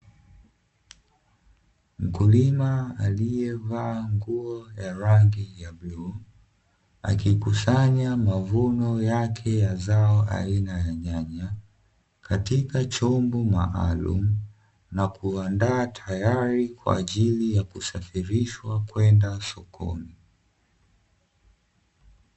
Mkulima aliyevaa nguo ya rangi ya bluu akikusanya mavuno yake ya zao aina ya nyanya katika chombo maalumu, na kuandaa tayari kwa ajili ya kusafirishwa kwenda sokoni.